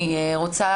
אני רוצה,